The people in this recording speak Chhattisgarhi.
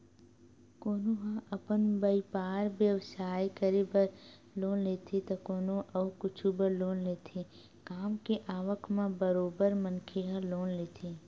कोनो ह अपन बइपार बेवसाय करे बर लोन लेथे त कोनो अउ कुछु बर लोन लेथे काम के आवक म बरोबर मनखे ह लोन लेथे